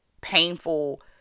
painful